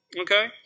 okay